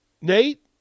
Nate